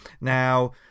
Now